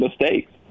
mistakes